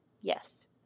Yes